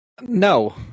No